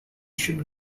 should